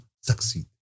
succeed